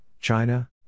China